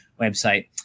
website